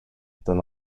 than